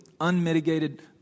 unmitigated